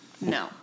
No